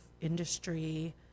industry